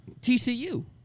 TCU